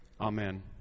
Amen